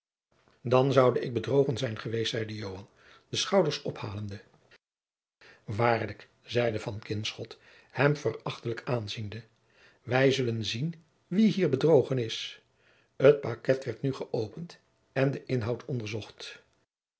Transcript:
dan zoude ik bedrogen zijn geweest zeide joan de schouders ophalende waarlijk zeide van kinschot hem verachtelijk aanziende wij zullen zien wie hier de bedrogene is het paket werd nu gëopend en de inhoud onderzocht